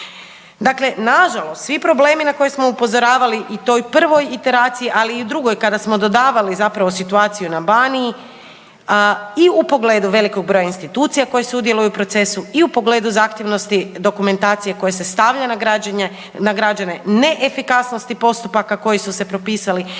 Dakle, nažalost svi problemi na koje smo upozoravali i toj prvoj iteraciji, ali i u drugoj kada smo davali zapravo situaciju na Baniji i u pogledu velikog broja institucija koje sudjeluju u procesu i u pogledu zahtjevnosti dokumentacije koja se stavlja na građenje, na građane, neefikasnosti postupaka koji su se propisali,